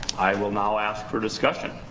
i will now ask for discussion.